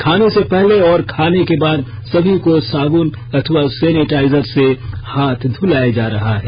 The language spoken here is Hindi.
खाने से पहले और खाने के बाद सभी को साबुन अथवा सैनिटाइजर से हाथ धुलाया जा रहा है